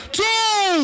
two